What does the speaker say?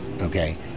Okay